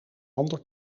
ander